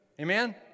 Amen